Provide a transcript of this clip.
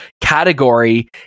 category